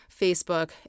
Facebook